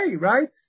right